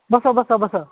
ବସ ବସ ବସ